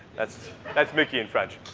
that's that's mickey in french.